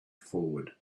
forward